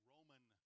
Roman